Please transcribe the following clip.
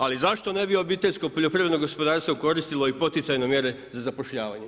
Ali zašto ne bi obiteljsko poljoprivredno gospodarstvo koristilo i poticajne mjere za zapošljavanje?